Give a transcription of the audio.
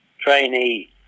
trainee